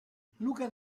luca